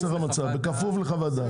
בכפוף לחוות דעת.